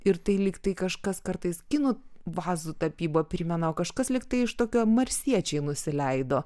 ir tai lyg tai kažkas kartais kinų vazų tapyba primena o kažkas lyg tai iš tokio marsiečiai nusileido